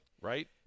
right